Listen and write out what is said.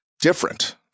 different